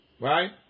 Right